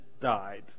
died